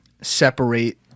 separate